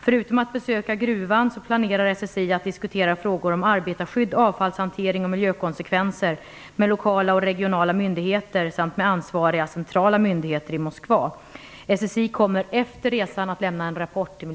Förutom att besöka gruvan planerar SSI att diskutera frågor om arbetarskydd, avfallshantering och miljökonsekvenser med lokala och regionala myndigheter samt med ansvariga centrala myndigheter i Moskva. SSI kommer efter resan att lämna en rapport till